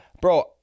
Bro